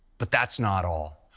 but that's not all.